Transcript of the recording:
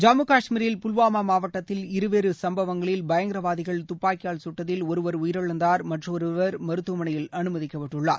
ஜம்முகாஷ்மீரில் புல்வாமாமாவட்டத்தில் இரு வேறுசம்பவங்களில் பயங்கரவாதிகள் துப்பாக்கியால் சுட்டதில் ஒருவர் உயிரிழந்தார் மற்றொருவர் மருத்துவமனையில் அனுமதிக்கப்பட்டுள்ளார்